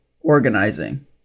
organizing